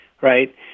Right